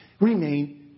remain